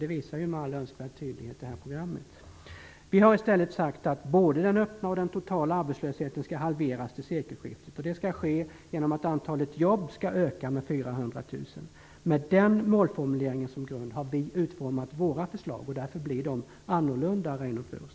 Det visar med all önskvärd tydlighet det här programmet. Vi har i stället sagt att både den öppna och den totala arbetslösheten skall halveras till sekelskiftet. Det skall ske genom att antalet jobb skall öka med 400 000. Med den målformuleringen som grund har vi utformat våra förslag. Därför blir de annorlunda, Reynoldh Furustrand.